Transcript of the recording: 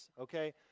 okay